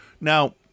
Now